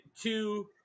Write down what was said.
two